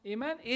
Amen